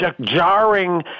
jarring